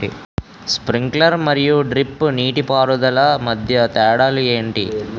Sprinkler మరియు drip నీటిపారుదల మధ్య తేడాలు ఏంటి?